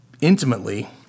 intimately